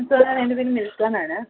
sir എന്റെ പേര് നിൽസാന്നാണ്